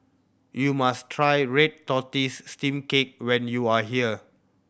you must try red tortoise steamed cake when you are here